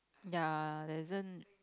ya there isn't